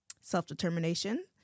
self-determination